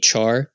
HR